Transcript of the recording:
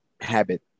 habit